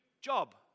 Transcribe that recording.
job